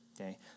Okay